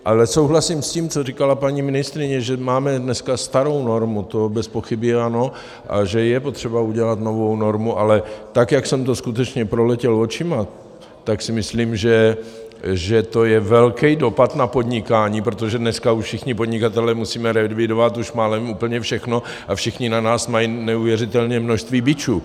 Ale souhlasím s tím, co říkala paní ministryně, že máme dneska starou normu, to bezpochyby ano, a že je potřeba udělat novou normu, ale tak jak jsem to skutečně proletěl očima, tak si myslím, že to je velký dopad na podnikání, protože dneska už všichni podnikatelé musíme reevidovat už málem úplně všechno a všichni na nás mají neuvěřitelné množství bičů.